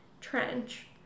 Trench